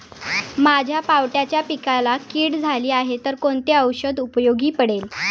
माझ्या पावट्याच्या पिकाला कीड झाली आहे तर कोणते औषध उपयोगी पडेल?